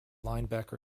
linebacker